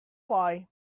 boy